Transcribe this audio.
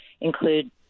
include